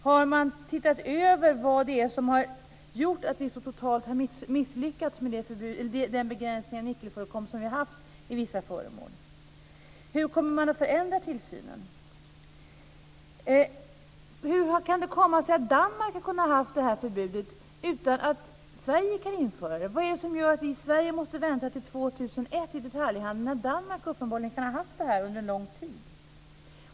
Har man sett över vad det är som har gjort att vi så totalt har misslyckats med den begränsning av nickelförekomst i vissa föremål som vi har haft? Hur kommer man att förändra tillsynen? Hur kan det komma sig att Danmark har kunnat ha förbudet utan att Sverige kunnat införa det? Vad är det som gör att vi i Sverige måste vänta till år 2001 när det gäller detaljhandeln när Danmark uppenbarligen har kunnat ha det här förbudet under en lång tid?